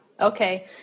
Okay